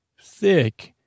thick